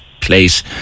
place